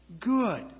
good